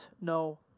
no